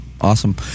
Awesome